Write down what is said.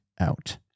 out